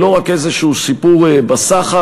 היא לא רק איזשהו שיפור בסחר,